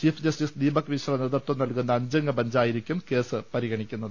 chief justice Deepak Mishra നേതൃത്വം നൽകുന്ന അഞ്ചംഗ ബെഞ്ചായിരിക്കും കേസ് പരിഗണിക്കുന്നത്